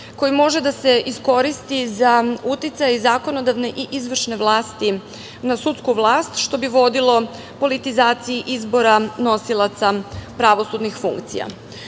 koji može da se iskoristi za uticaj zakonodavne i izvršne vlasti na sudsku vlast, što bi vodilo politizaciji izbora nosilaca pravosudnih funkcija. Prema